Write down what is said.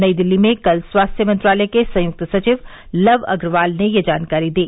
नई दिल्ली में कल स्वास्थ्य मंत्रालय के संयुक्त सचिव लव अग्रवाल ने यह जानकारी दी